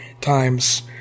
times